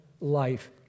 life